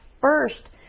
first